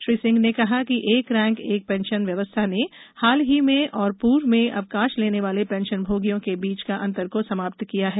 श्री सिंह ने कहा कि एक रैंक एक पेंशन व्यवस्था ने हाल ही में और पूर्व में अवकाश लेने वाले पेंशन भोगियों के बीच अंतर को समाप्त किया है